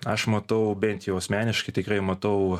aš matau bent jau asmeniškai tikrai matau